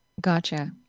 Gotcha